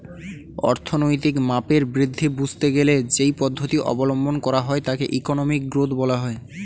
অর্থনৈতিক মাপের বৃদ্ধি বুঝতে গেলে যেই পদ্ধতি অবলম্বন করা হয় তাকে ইকোনমিক গ্রোথ বলা হয়